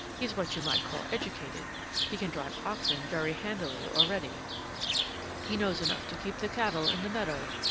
he's what you might call educated he can drive oxen very handily already he knows enough to keep the cattle in the meadow,